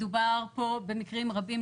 מדובר פה במקרים רבים,